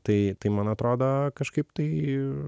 tai tai man atrodo kažkaip tai